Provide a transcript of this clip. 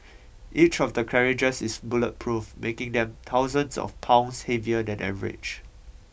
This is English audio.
each of the carriages is bulletproof making them thousands of pounds heavier than average